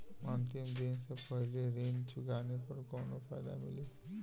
अंतिम दिन से पहले ऋण चुकाने पर कौनो फायदा मिली?